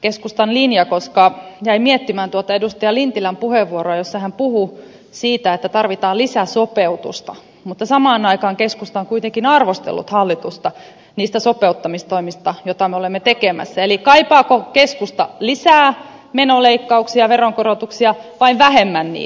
keskustan linja koska jäin miettimään tuota edustaja lintilän puheenvuoroa jossa hän puhui siitä että tarvitaan lisäsopeutusta mutta samaan aikaan keskusta on kuitenkin arvostellut hallitusta niistä sopeuttamistoimista joita me olemme tekemässä eli kaipaako keskusta lisää menoleikkauksia veronkorotuksia vai vähemmän niitä